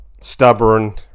stubborn